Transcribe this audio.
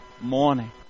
morning